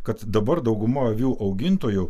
kad dabar dauguma avių augintojų